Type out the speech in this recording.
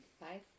Five